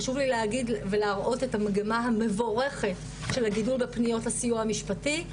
חשוב לי להראות את המגמה המבורכת של הגידול בפניות לסיוע המשפטי,